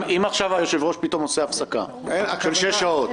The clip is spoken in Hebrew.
אם עכשיו היושב-ראש פתאום עושה הפסקה של שש שעות?